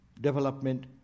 development